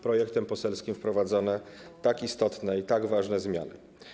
Projektem poselskim wprowadzane są tak istotne i tak ważne zmiany.